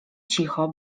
cicho